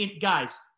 guys